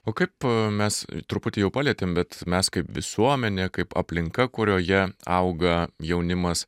o kaip a mes truputį jau palietėm bet mes kaip visuomenė kaip aplinka kurioje auga jaunimas